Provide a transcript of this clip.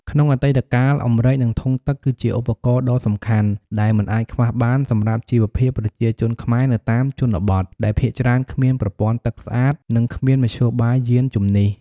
ក្នុងអតីតកាល អម្រែក និងធុងទឹក គឺជាឧបករណ៍ដ៏សំខាន់ដែលមិនអាចខ្វះបានសម្រាប់ជីវភាពប្រជាជនខ្មែរនៅតាមជនបទ ដែលភាគច្រើនគ្មានប្រព័ន្ធទឹកស្អាត និងគ្មានមធ្យោបាយយាន្តជំនិះ។